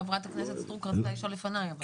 חברת הכנסת סטרוק רצתה לשאול לפניי.